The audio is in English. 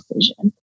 decision